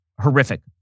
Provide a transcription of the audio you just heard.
horrific